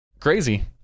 crazy